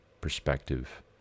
perspective